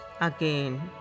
again